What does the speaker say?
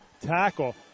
tackle